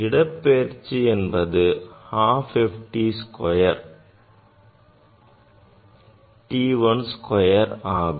இடப்பெயர்ச்சி என்பது half f t square t 1 square ஆகும்